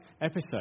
episode